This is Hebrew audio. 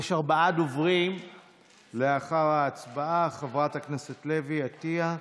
יש ארבעה דוברים לאחר ההצבעה: חברות הכנסת לוי ועטייה,